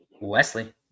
Wesley